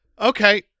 Okay